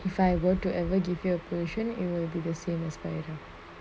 if I were to ever give you a position it will be the same as fahira